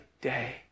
day